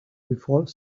before